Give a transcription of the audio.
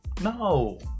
No